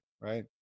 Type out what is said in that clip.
right